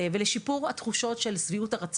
זאת אומרת שיש לנו פה משהו שהוא בהחלט מעודד